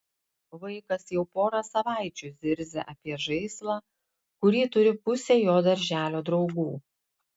vaikas jau porą savaičių zirzia apie žaislą kurį turi pusė jo darželio draugų